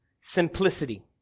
simplicity